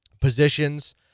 positions